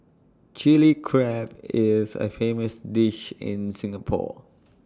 Chilli Crab is A famous dish in Singapore